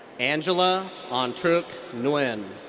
angela anhtruc nguyen.